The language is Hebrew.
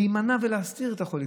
להימנע ולהסתיר את החולי.